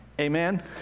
Amen